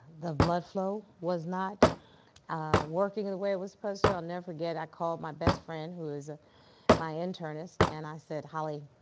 the bloodflow was not working the way it was supposed to. i'll never forget. i called my best friend who was my internist and i said, holly,